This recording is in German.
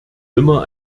immer